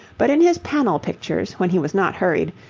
but in his panel pictures, when he was not hurried,